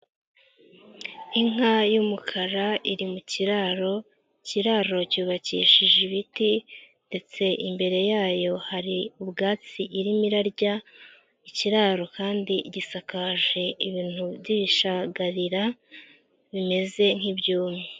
Inka y'umukara iri mu kiraro, ikiraro cyubakishije ibiti ndetse imbere yayo hari ubwatsi irimi irarya. Ikiraro kandi gisakaje ibintu by'ibishagarira bimeze nk'ibyumye.